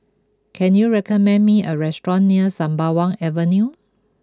can you recommend me a restaurant near Sembawang Avenue